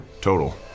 total